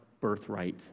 birthright